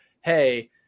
hey